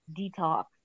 detox